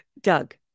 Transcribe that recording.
Doug